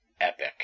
epic